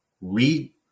read